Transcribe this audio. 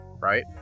right